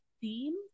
themes